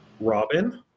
Robin